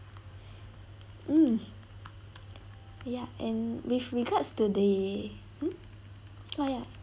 mm ya and with regards to the mm oh ya